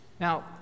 Now